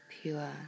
pure